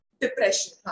depression